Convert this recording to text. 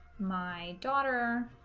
my daughter